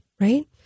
Right